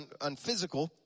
unphysical